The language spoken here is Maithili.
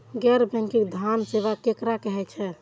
गैर बैंकिंग धान सेवा केकरा कहे छे?